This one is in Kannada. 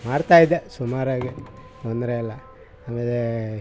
ಮಾಡ್ತ ಇದ್ದೆ ಸುಮಾರಾಗಿ ತೊಂದರೆ ಇಲ್ಲ ಅಂದ್ರೆ